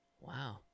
wow